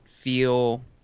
feel